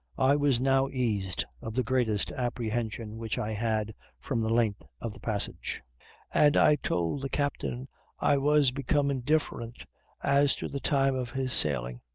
i was now eased of the greatest apprehension which i had from the length of the passage and i told the captain i was become indifferent as to the time of his sailing.